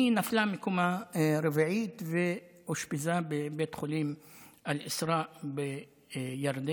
היא נפלה מקומה רביעית ואושפזה בבית חולים אל-אסרא בירדן